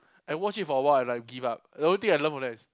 I watch it for a while and I give up the only thing I love from that is